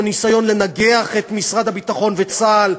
ניסיון לנגח את משרד הביטחון ואת צה"ל.